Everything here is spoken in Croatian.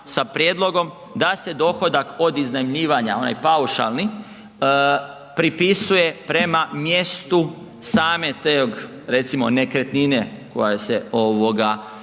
sa prijedlogom da se dohodak od iznajmljivanja, onaj paušalni pripisuje prema mjestu same te, recimo, nekretnine koja se